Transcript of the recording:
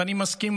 ואני מסכים,